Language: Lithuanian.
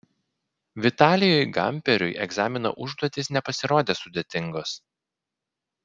vitalijui gamperiui egzamino užduotys nepasirodė sudėtingos